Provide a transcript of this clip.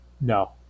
No